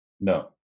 No